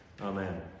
Amen